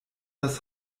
das